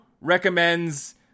Recommends